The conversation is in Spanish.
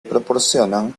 proporcionan